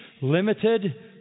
limited